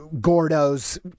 Gordo's